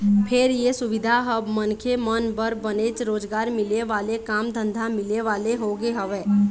फेर ये सुबिधा ह मनखे मन बर बनेच रोजगार मिले वाले काम धंधा मिले वाले होगे हवय